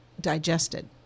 digested